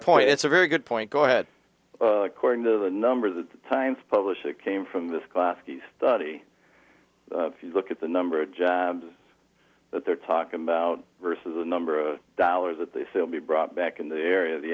point it's a very good point go ahead cording to the number of times published that came from this coffee study if you look at the number of jobs that they're talking about versus the number of dollars that they still be brought back in the area of the